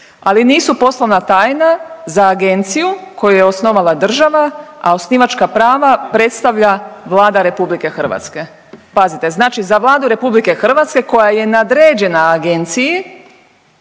ali nisu poslovna tajna za agenciju koju je osnovala država a osnivačka prava predstavlja Vlada RH. Pazite, znači za Vladu RH koja je nadređena agenciji